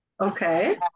okay